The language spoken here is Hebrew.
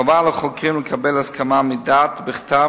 חובה על החוקרים לקבל הסכמה מדעת ובכתב